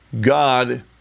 God